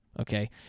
okay